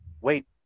wait